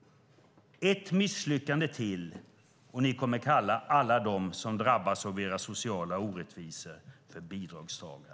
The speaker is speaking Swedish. Ett misslyckande till och ni kommer att kalla alla dem som drabbas av era sociala orättvisor för bidragstagare.